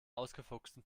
ausgefuchsten